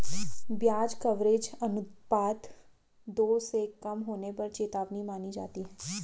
ब्याज कवरेज अनुपात दो से कम होने पर चेतावनी मानी जाती है